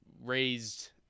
raised